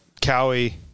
Cowie